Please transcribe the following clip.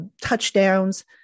touchdowns